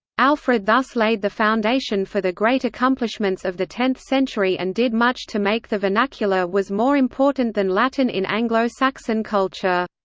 alfred thus laid the foundation for the great accomplishments of the tenth century and did much to make the vernacular was more important than latin in anglo-saxon culture.